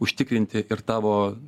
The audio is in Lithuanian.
užtikrinti ir tavo